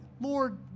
Lord